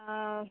ಹಾಂ